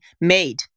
made